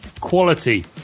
quality